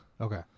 Okay